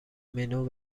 منو